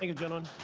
ah gentlemen.